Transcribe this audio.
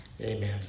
Amen